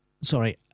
sorry